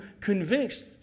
convinced